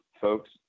folks